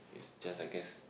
is just I guess